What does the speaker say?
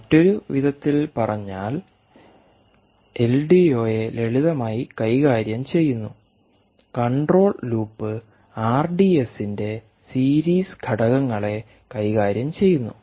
മറ്റൊരു വിധത്തിൽ പറഞ്ഞാൽ എൽഡിഒയെ ലളിതമായി കൈകാര്യം ചെയ്യുന്നു കൺട്രോൾ ലൂപ്പ് ആർഡിഎസിന്റെ സീരീസ് ഘടകങ്ങളെ കൈകാര്യം ചെയ്യുന്നു